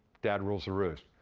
dad rules the roost.